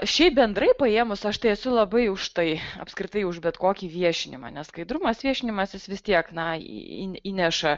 šiaip bendrai paėmus aš tai esu labai už tai apskritai už bet kokį viešinimą nes skaidrumas viešinimas jis vis tiek na įneša